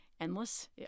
endless